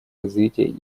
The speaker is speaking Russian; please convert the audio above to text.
развития